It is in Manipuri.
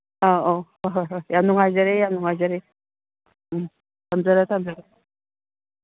ꯑꯧ ꯑꯧ ꯍꯣꯏ ꯍꯣꯏ ꯌꯥꯝ ꯅꯨꯡꯉꯥꯏꯖꯔꯦ ꯌꯥꯝ ꯅꯨꯡꯉꯥꯏꯖꯔꯦ ꯎꯝ ꯊꯝꯖꯔꯦ ꯊꯝꯖꯔꯦ